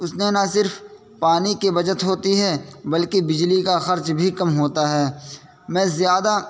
اس میں نہ صرف پانی کی بچت ہوتی ہے بلکہ بجلی کا خرچ بھی کم ہوتا ہے میں زیادہ